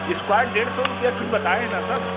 square डेढ़ सौ रुपया फीट बताए हैं न सर